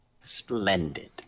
Splendid